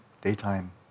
daytime